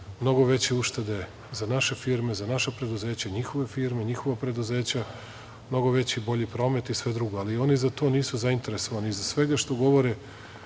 mnogo veće uštede za naše firme, za naša preduzeća, njihove firme, njihova preduzeća, mnogo veći o bolji promet i sve drugo. Oni za to nisu zainteresovani. Iza svega što govore,